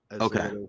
okay